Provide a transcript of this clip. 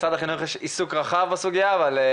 הכול באתר של הרשות לצעירים במשרד לשוויון חברתי ואני